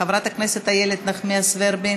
חברת הכנסת מיכל בירן,